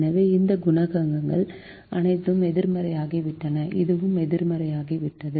எனவே இந்த குணகங்கள் அனைத்தும் எதிர்மறையாகிவிட்டன இதுவும் எதிர்மறையாகிவிட்டது